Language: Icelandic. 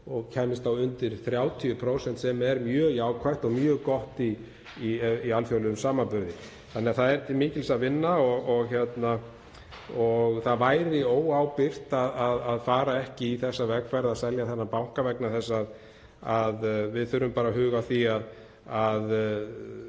og kæmist þá undir 30% sem er mjög jákvætt og mjög gott í alþjóðlegum samanburði. Það er því til mikils að vinna og það væri óábyrgt að fara ekki í þá vegferð að selja þennan banka vegna þess að við þurfum að huga að því að